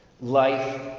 life